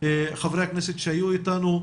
חברי הכנסת שהיו איתנו.